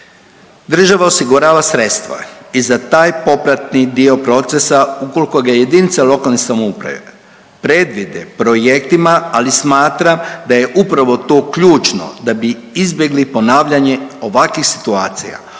Država osigurava sredstva i za taj popratni dio procesa, ukoliko ga jedinice lokalne samouprave predvide projektima ali smatra da je upravo to ključno da bi izbjegli ponavljanje ovakvih situacija.